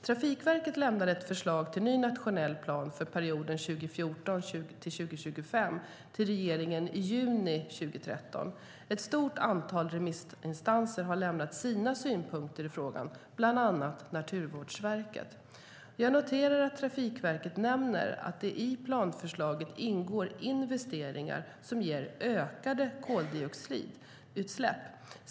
Trafikverket lämnade ett förslag till ny nationell plan för perioden 2014-2025 till regeringen i juni 2013. Ett stort antal remissinstanser har lämnat sina synpunkter i frågan, bland andra Naturvårdsverket. Jag noterar att Trafikverket nämner att det i planförslaget ingår investeringar som ger ökade koldioxidutsläpp.